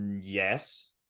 yes